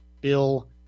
Bill